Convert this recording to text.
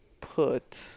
put